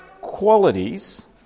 qualities